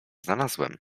znalazłem